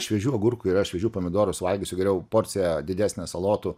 šviežių agurkų yra šviežių pomidorų suvalgysiu geriau porciją didesnę salotų